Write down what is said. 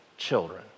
children